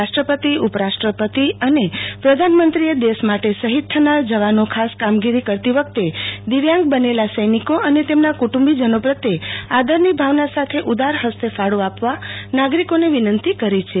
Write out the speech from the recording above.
રાષ્ટ્રપતિ ઉપરાષ્ટ્રપતિ અને પ્રધાનમંત્રીએ માતૃભૂમિ માટે શહિદ થનાર જવાનો ખાસ કામગીરી કરતી વખતે દિવ્યાંગ બનેલા સૈનિકો અને તેમના કુટુંબિજનો પ્રત્યે આદરની ભાવના સાથે ઉદાર હસ્તે ફાળો આપવા નાગરોકને વિનંતી કરી છે